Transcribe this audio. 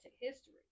history